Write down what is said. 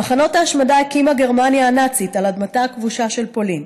את מחנות ההשמדה הקימה גרמניה הנאצית על אדמתה הכבושה של פולין,